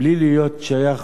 בלי להיות שייך,